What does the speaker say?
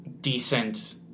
decent